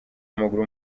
w’amaguru